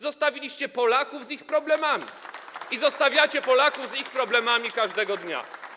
Zostawiliście Polaków z ich problemami i zostawiacie Polaków z ich problemami każdego dnia.